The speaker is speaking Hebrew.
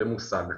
למושג אקטיבי.